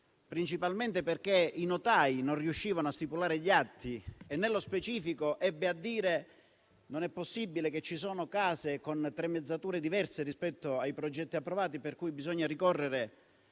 principalmente perché i notai non riuscivano a stipulare gli atti, e nello specifico ebbe a dire "non è possibile che ci sono case con tramezzature diverse rispetto ai progetti approvati, per cui bisogna ricorrere